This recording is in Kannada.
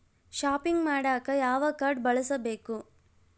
ಷಾಪಿಂಗ್ ಮಾಡಾಕ ಯಾವ ಕಾಡ್೯ ಬಳಸಬೇಕು?